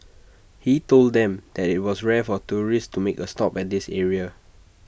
he told them that IT was rare for tourists to make A stop at this area